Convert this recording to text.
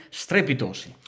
strepitosi